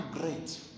great